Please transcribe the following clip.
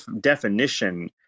definition